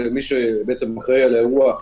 מי שאחראי על האירוע,